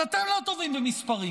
אז אתם לא טובים במספרים,